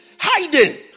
hiding